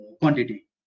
quantity